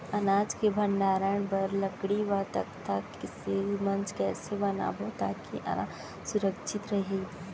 अनाज के भण्डारण बर लकड़ी व तख्ता से मंच कैसे बनाबो ताकि अनाज सुरक्षित रहे?